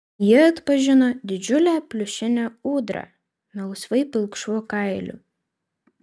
ji atpažino didžiulę pliušinę ūdrą melsvai pilkšvu kailiu